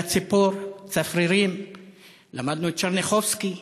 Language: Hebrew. "אל הציפור", "צפרירים"; למדנו את טשרניחובסקי,